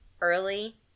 early